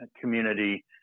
community